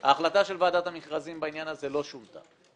ההחלטה של ועדת המכרזים בעניין הזה לא שונתה.